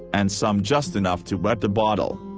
and some just enough to wet the bottle.